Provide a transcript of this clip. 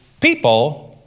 people